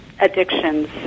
addictions